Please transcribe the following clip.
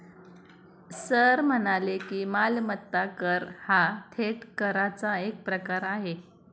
sir म्हणाले की, मालमत्ता कर हा थेट कराचा एक प्रकार आहे